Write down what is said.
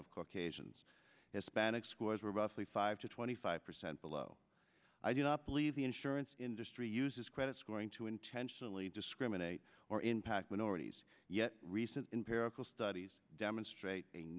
of caucasians hispanic scores were roughly five to twenty five percent below i do not believe the insurance industry uses credit scoring to intentionally discriminate or impact minorities yet recent pericope studies demonstrat